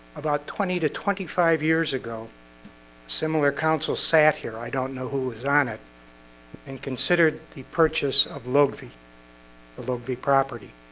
about twenty to twenty five years ago similar counsel sat here. i don't know who was on it and considered the purchase of load v below b property